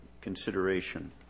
consideration